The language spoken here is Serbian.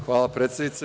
Hvala predsednice.